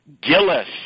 Gillis